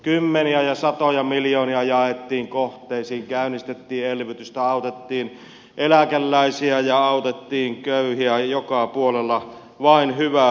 kymmeniä ja satoja miljoonia jaettiin kohteisiin käynnistettiin elvytystä autettiin eläkeläisiä ja autettiin köyhiä ja joka puolella vain hyvää satoi